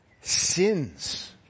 sins